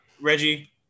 Reggie